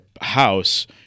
house